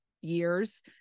years